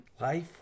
Life